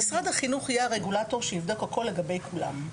משרד החינוך יהיה הרגולטור שיבדוק הכול לגבי כולם.